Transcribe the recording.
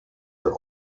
are